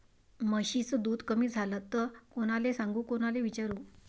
म्हशीचं दूध कमी झालं त कोनाले सांगू कोनाले विचारू?